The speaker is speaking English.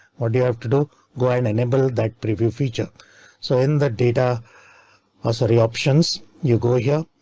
or do you have to do go and enable that preview feature so in the data or three options you go here?